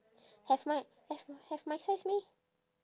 have my have my have my size meh